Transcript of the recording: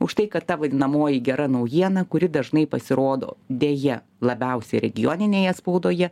už tai kad ta vadinamoji gera naujiena kuri dažnai pasirodo deja labiausia regioninėje spaudoje